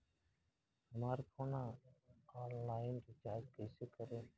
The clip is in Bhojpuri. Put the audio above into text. हमार फोन ऑनलाइन रीचार्ज कईसे करेम?